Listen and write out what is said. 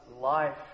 life